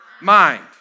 mind